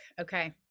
Okay